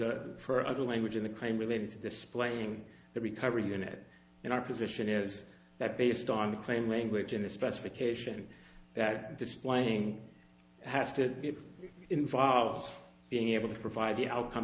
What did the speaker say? the for other language in the claim relating to displaying the recovery unit in our position is that based on the claim language in the specification that displaying has to involve being able to provide the outcome